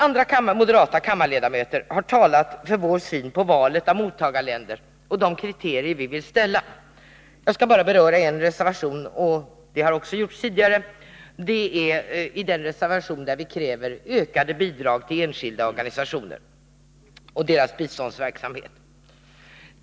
Andra moderata kammarledamöter har talat om vår syn på valet av mottagarländer och de kriterier vi vill uppställa. Jag skall bara beröra I en reservation, och det är den där vi kräver ökade bidrag till enskilda organisationer för deras biståndsverksamhet.